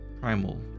primal